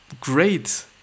great